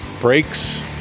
brakes